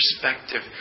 perspective